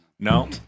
No